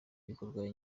bikorwa